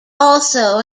also